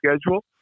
schedule